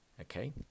Okay